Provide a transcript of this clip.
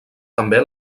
també